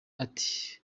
ati